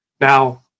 Now